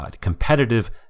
competitive